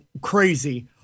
crazy